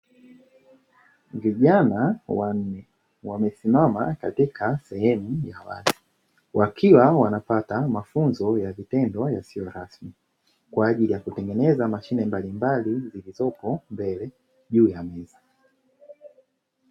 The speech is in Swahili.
Vijana wanne wamesimama katika sehemu ya wazi, wakiwa wanapata mafunzo ya vitendo yasiyo rasmi, kwa ajili ya kutengeneza mashine mbalimbali zilizopo mbele juu ya meza.